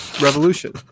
revolution